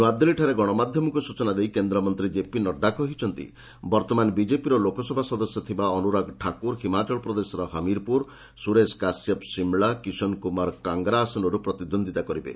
ନୂଆଦିଲ୍ଲୀଠାରେ ଗଣମାଧ୍ୟମକୁ ସୂଚନା ଦେଇ କେନ୍ଦ୍ରମନ୍ତ୍ରୀ ଜେପି ନଡ୍ରା କହିଛନ୍ତି ବର୍ତ୍ତମାନ ବିଜେପିର ଲୋକସଭା ସଦସ୍ୟ ଥିବା ଅନୁରାଗ ଠାକୁର ହିମାଚଳପ୍ରଦେଶର ହମିରପୁର ସୁରେଶ କାଶ୍ୟପ ସିମଳା ଏବଂ କିଷନ କପୁର କାଙ୍ଗ୍ରା ଆସନରୁ ପ୍ରତିଦ୍ୱନ୍ଦିତା କରିବେ